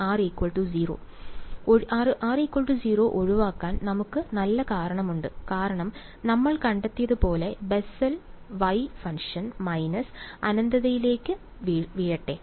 r 0 ഒഴിവാക്കാൻ നമുക്ക് നല്ല കാരണമുണ്ട് കാരണം നമ്മൾ കണ്ടെത്തിയതുപോലെ ബെസൽ Y ഫംഗ്ഷൻ മൈനസ് അനന്തതയിലേക്ക് വീഴട്ടെ